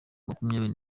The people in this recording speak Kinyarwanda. makumyabiri